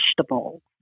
vegetables